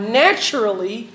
naturally